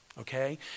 Okay